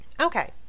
Okay